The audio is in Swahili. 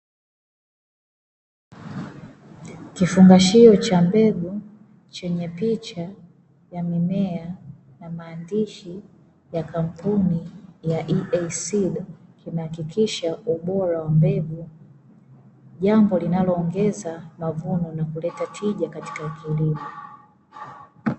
Kifungashio cha mbegu chenye picha ya mimea na maandishi ya kampuni ya 'EASEED' kinahakikisha ubora wa mbegu, jambo linalo ongeza mavuno na kuleta tija katika kilimo.